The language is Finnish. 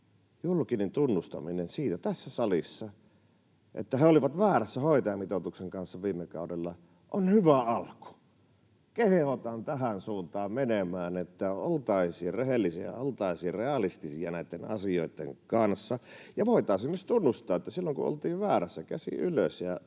julkinen tunnustaminen siitä tässä salissa, että he olivat väärässä hoitajamitoituksen kanssa viime kaudella, on hyvä alku. Kehotan tähän suuntaan menemään, että oltaisiin rehellisiä ja oltaisiin realistisia näitten asioitten kanssa. Ja voitaisiin esimerkiksi tunnustaa silloin, kun oltiin väärässä: käsi ylös ja tunnustan,